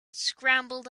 scrambled